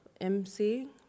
MC